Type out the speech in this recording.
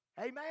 Amen